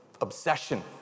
obsession